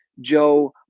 Joe